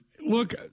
look